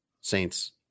Saints